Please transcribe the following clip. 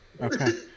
okay